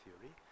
theory